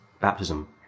baptism